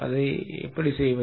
அதை எப்படிச் செய்வது